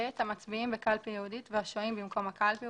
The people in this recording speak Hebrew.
(ט)המצביעים בקלפי ייעודית והשוהים במקום הקלפי,